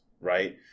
right